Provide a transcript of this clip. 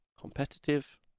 competitive